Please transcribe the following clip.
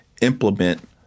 implement